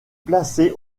placée